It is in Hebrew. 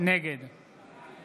נגד